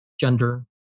gender